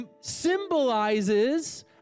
symbolizes